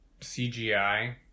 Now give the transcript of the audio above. CGI